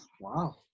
Wow